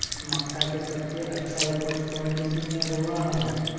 मक्का के सबसे अच्छा उपज कौन किस्म के होअ ह?